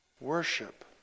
worship